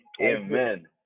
amen